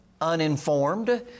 uninformed